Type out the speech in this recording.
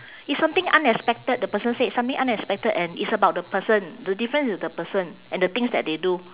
it's something unexpected the person say something unexpected and it's about the person the difference is the person and the things that they do